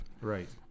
Right